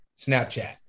Snapchat